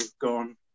gone